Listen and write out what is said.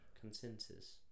Consensus